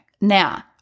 Now